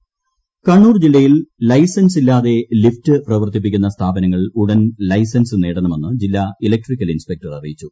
licence Kannur ജില്ലയിൽ licence ഇല്ലാതെ lift പ്രവർത്തിപ്പിക്കുന്ന സ്ഥാപനങ്ങൾ ഉടൻ ലൈസൻസ് നേടണമെന്ന് ജില്ലാ ഇലക്ട്രിക്കൽ ഇൻസ്പെക്ടർ അറിയിച്ചു